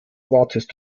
wartest